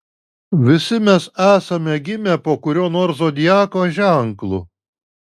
visi mes esame gimę po kuriuo nors zodiako ženklu